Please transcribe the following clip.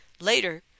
Later